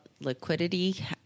liquidity